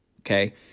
okay